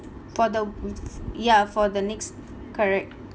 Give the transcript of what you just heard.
for the wo~ ya for the next correct